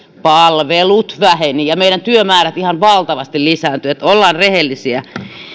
palvelut vähenivät ja meidän työmäärämme ihan valtavasti lisääntyivät että ollaan rehellisiä